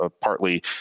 partly